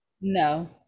No